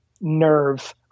nerve